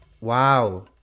Wow